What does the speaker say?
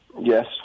Yes